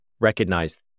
recognize